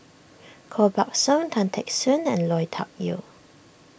Koh Buck Song Tan Teck Soon and Lui Tuck Yew